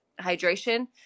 hydration